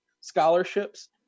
scholarships